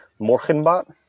Morgenbot